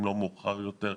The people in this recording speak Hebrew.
אם לא מאוחר יותר,